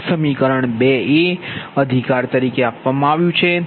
આ સમીકરણ 2 a અધિકાર તરીકે આપવામાં આવ્યું છે